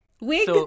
Wig